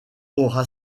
aura